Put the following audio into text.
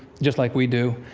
just like we do.